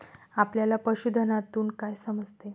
आपल्याला पशुधनातून काय समजते?